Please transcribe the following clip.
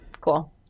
Cool